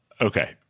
okay